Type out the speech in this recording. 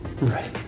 Right